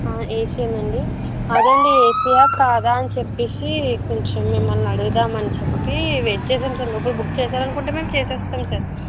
AC వేనండి అదే అండి ఏసీ యా కాదా అని చెప్పేసి కొంచెం మిమ్మల్ని అడుగుదామని చెప్పీ వెయిట్ చేసాను సార్ ఈ లోపల బుక్ చేసేయాలనుకుంటే మేం చేసేస్తం సార్